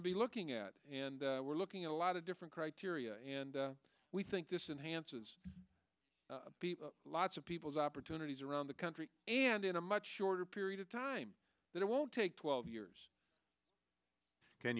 to be looking at and we're looking at a lot of different criteria and we think this enhanced lots of people's opportunities around the country and in a much shorter period of time that it will take twelve years can